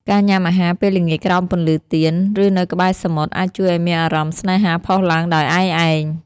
ការញ៉ាំអាហារពេលល្ងាចក្រោមពន្លឺទៀន ឬនៅក្បែរសមុទ្រ អាចជួយឱ្យមានអារម្មណ៍ស្នេហាផុសឡើងដោយឯកឯង។